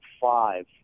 five